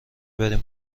بریم